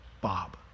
Bob